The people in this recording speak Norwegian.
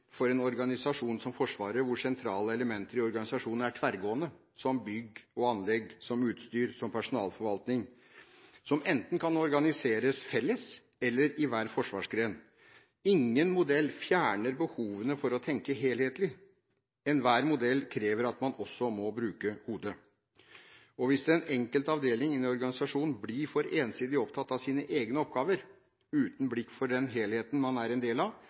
for en organisasjon som Forsvaret – hvor sentrale elementer i organisasjonen er tverrgående, som bygg og anlegg, som utstyr, som personalforvaltning, som enten kan organiseres felles eller i hver forsvarsgren – fjerner behovene for å tenke helhetlig; enhver modell krever at man også må bruke hodet. Hvis den enkelte avdeling i en organisasjon blir for ensidig opptatt av sine egne oppgaver uten blikk for den helheten man er en del av,